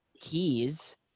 keys